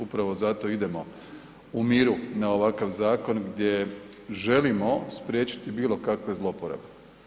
Upravo zato i idemo u miru na ovakav zakon gdje želimo spriječiti bilo kakve zlouporabe.